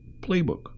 playbook